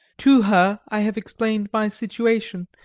to her i have explained my situation,